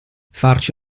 farci